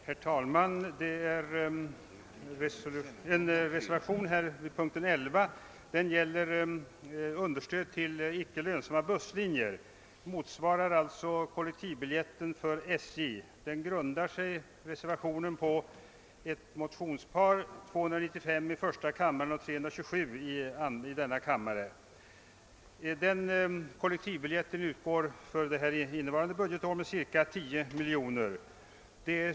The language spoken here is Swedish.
Herr talman! Reservationen 12 vid punkten 11 gäller understöd till icke lönsamma busslinjer, alltså en motsvarighet till kollektivbiljetten vid SJ. Reservationen grundar sig på ett motionspar, I: 295 och II: 327. Kollektivbiljetten utgår för innevarande budgetår med ca 10 miljoner kronor.